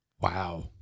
Wow